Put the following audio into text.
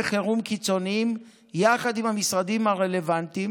חירום קיצוניים יחד עם המשרדים הרלוונטיים